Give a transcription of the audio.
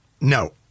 No